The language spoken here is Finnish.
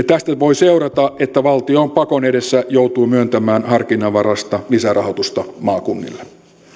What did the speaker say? tästä voi seurata että valtio pakon edessä joutuu myöntämään harkinnanvaraista lisärahoitusta maakunnille